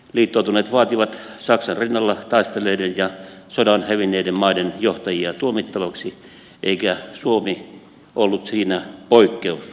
liittoutuneet vaativat saksan rinnalla taistelleiden ja sodan hävinneiden maiden johtajia tuomittaviksi eikä suomi ollut siinä poikkeus